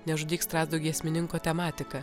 nežudyk strazdo giesmininko tematika